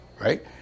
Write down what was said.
Right